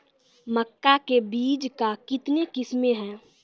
मक्का के बीज का कितने किसमें हैं?